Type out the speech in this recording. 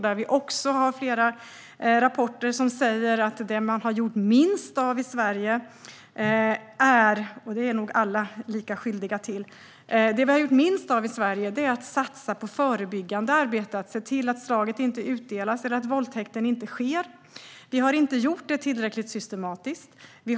Det finns flera rapporter som säger att det som har gjorts minst i Sverige - och det är nog alla lika skyldiga till - är att satsa på förebyggande arbete, det vill säga se till att slaget inte utdelas eller att våldtäkten inte sker. Vi har inte gjort detta tillräckligt systematiskt.